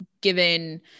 given